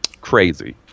Crazy